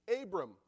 Abram